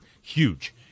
huge